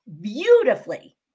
beautifully